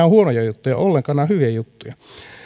huonoja juttuja ollenkaan nämä ovat hyviä juttuja